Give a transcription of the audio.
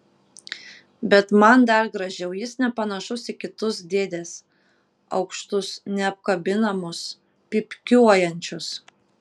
bet man dar gražiau jis nepanašus į kitus dėdes aukštus neapkabinamus pypkiuojančius